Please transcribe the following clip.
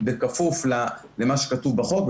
בכפוף למה שכתוב בחוק.